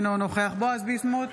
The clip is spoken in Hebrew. אינו נוכח בועז ביסמוט,